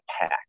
pack